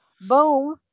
Boom